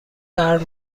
طرح